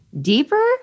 deeper